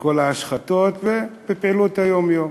וכל ההשחתות, ובפעילות היום-יום.